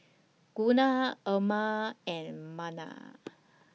Gunnar Irma and Merna